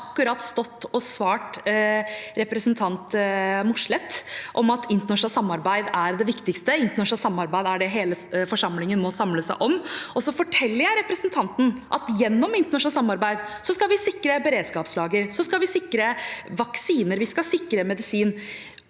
har akkurat stått og svart representanten Mossleth at internasjonalt samarbeid er det viktigste – internasjonalt samarbeid er det hele forsamlingen må samle seg om. Så forteller jeg representanten at gjennom internasjonalt samarbeid skal vi sikre beredskapslager, vi skal